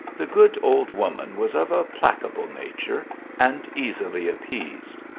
the good old woman was of a placable nature and easily appeased,